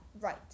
right